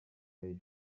rayon